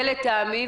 זה לטעמי,